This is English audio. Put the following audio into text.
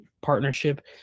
partnership